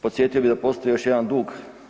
Podsjetio bi da postoji još jedan dug.